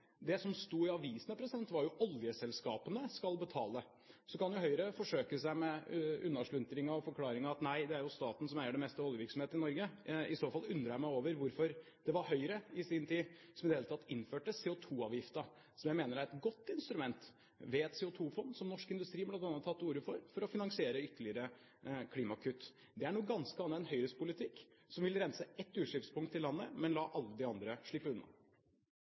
Det som sto i avisene, var jo at oljeselskapene skal betale – så kan jo Høyre forsøke seg med unnasluntring og forklaring om at det er staten som eier det meste av oljevirksomheten i Norge. I så fall undrer jeg meg over hvorfor det var Høyre som i sin tid i det hele tatt innførte CO2-avgiften, som jeg mener er et godt instrument, ved et CO2-fond som Norsk Industri bl.a. har tatt til orde for, for å finansiere ytterligere klimakutt. Det er noe ganske annet enn Høyres politikk, som vil rense ett utslippspunkt i landet, men la alle de andre slippe unna.